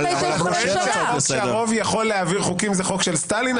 אתה טוען שהחוק שרוב יכול להעביר חוקים זה חוק של סטלין?